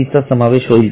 चा समावेश होईल का